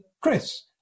Chris